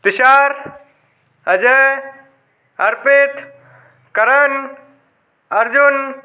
Tushar Ajay Arpit Karan Arjun